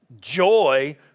joy